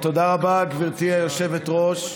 גברתי היושבת-ראש,